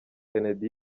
kennedy